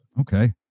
Okay